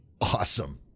Awesome